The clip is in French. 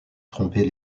tromper